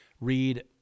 read